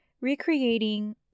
recreating